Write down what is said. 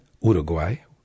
Uruguay